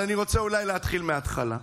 אבל אני רוצה אולי להתחיל מהתחלה.